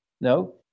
No